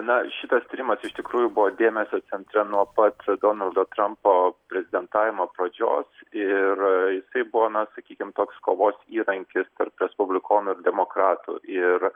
na šitas tyrimas iš tikrųjų buvo dėmesio centre nuo pat donaldo trampo prezidentavimo pradžios ir jisai buvo na sakykim toks kovos įrankis tarp respublikonų ir demokratų ir